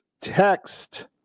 text